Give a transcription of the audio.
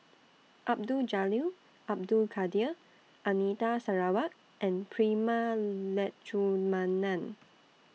Abdul Jalil Abdul Kadir Anita Sarawak and Prema Letchumanan